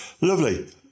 Lovely